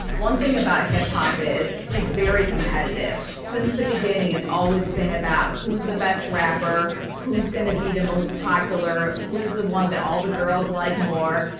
one thing about hip hop is it's very competitive since the beginning it's always been about who is the best rapper who is going to be the most popular who is the one that all the girls like more.